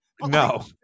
No